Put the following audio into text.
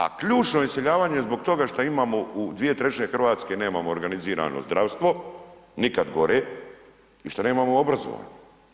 A ključno iseljavanje zbog toga što imamo, u 2/3 Hrvatske nemamo organizirano zdravstvo, nikad gore, i što nemamo obrazovanje.